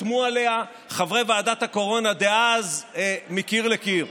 וחתמו עליה חברי ועדת הקורונה דאז מקיר לקיר.